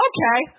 Okay